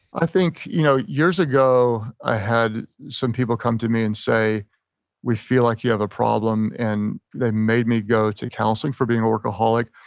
i think you know years ago i had some people come to me and say we feel like you have a problem. and they made me go to counseling for being a workaholic.